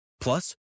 Plus